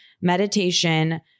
meditation